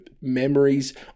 memories